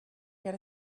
get